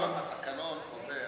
היושב-ראש, התקנון קובע